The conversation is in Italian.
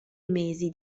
mesi